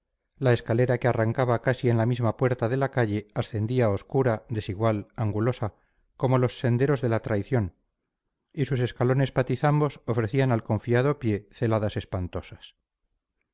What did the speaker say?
la escalera que arrancaba casi en la misma puerta de la calle ascendía obscura desigual angulosa como los senderos de la traición y sus escalones patizambos ofrecían al confiado pie celadas espantosas